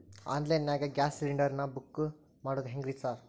Online ನಾಗ gas cylinder ನಾ book ಮಾಡೋದ್ ಹೆಂಗ್ರಿ ಸಾರ್?